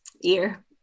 year